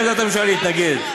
תהיה עמדת הממשלה להתנגד.